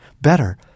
Better